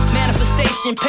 manifestation